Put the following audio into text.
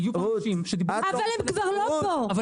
היו פה --- שדיברו -- אבל הם כבר לא פה.